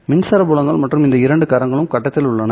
மின்சார புலங்கள் மற்றும் இந்த இரண்டு கரங்களும் கட்டத்தில் உள்ளன